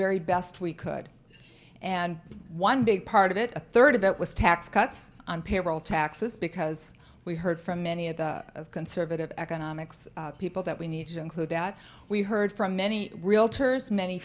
very best we could and one big part of it a third of that was tax cuts and payroll taxes because we heard from many of the conservative economics people that we need to include that we heard from many realtors many